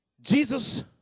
Jesus